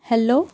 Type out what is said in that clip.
hello